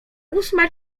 ósma